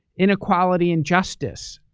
inequality and justice.